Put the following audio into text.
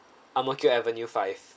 Ang Mo Kio avenue five